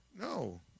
no